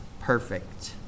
perfect